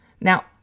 Now